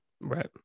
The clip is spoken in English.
right